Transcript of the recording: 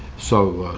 so